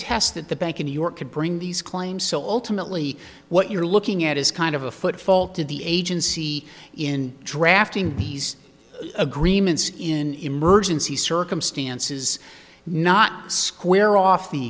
test that the bank in new york could bring these claims so ultimately what you're looking at is kind of a foot fault of the agency in drafting these agreements in emergency circumstances not square